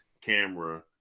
camera